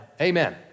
Amen